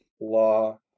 Law